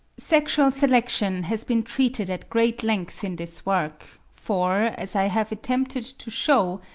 sexual selection has been treated at great length in this work for, as i have attempted to shew,